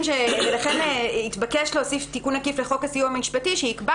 ולכן התבקש להוסיף תיקון עקיף לחוק הסיוע המשפטי שיקבע